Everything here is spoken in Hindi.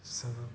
सब